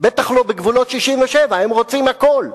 בטח לא בגבולות 67'. הם רוצים הכול.